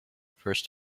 first